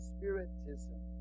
Spiritism